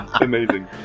Amazing